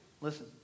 Listen